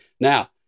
Now